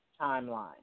timeline